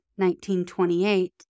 1928